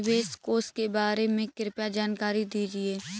निवेश कोष के बारे में कृपया जानकारी दीजिए